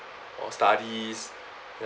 or studies